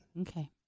Okay